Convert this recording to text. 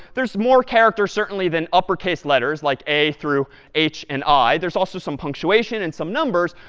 there's more characters, certainly, than uppercase letters, like a through h and i. there's also some punctuation and some numbers,